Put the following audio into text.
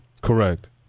Correct